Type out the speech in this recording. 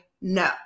no